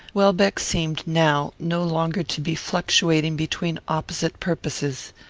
welbeck seemed now no longer to be fluctuating between opposite purposes.